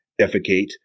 defecate